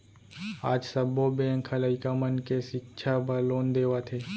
आज सब्बो बेंक ह लइका मन के सिक्छा बर लोन देवत हे